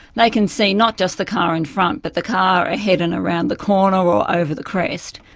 they can see not just the car in front but the car ahead and around the corner or over the crest.